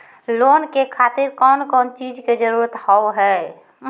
Loan के खातिर कौन कौन चीज के जरूरत हाव है?